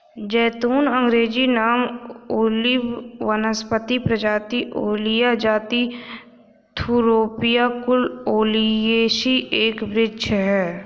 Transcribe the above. ज़ैतून अँग्रेजी नाम ओलिव वानस्पतिक प्रजाति ओलिया जाति थूरोपिया कुल ओलियेसी एक वृक्ष है